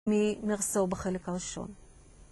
ממרסו בחלק הראשון.